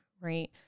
right